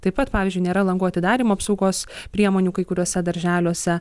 taip pat pavyzdžiui nėra langų atidarymo apsaugos priemonių kai kuriuose darželiuose